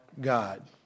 God